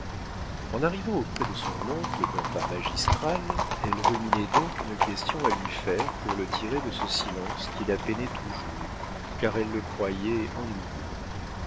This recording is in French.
en arrivant auprès de son oncle d'un pas magistral elle ruminait donc une question à lui faire pour le tirer de ce silence qui la peinait toujours car elle le croyait ennuyé